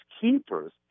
keepers